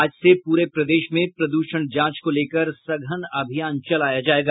आज से पूरे प्रदेश में प्रदूषण जांच को लेकर सघन अभियान चलाया जायेगा